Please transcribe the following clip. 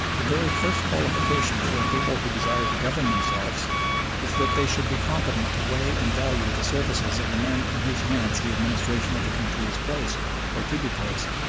the very first qualification for a people who desire to govern themselves is that they should be competent to weigh and value the services of the men in whose hands the administration of the country is placed or to be placed.